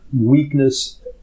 weakness